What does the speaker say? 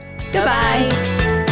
Goodbye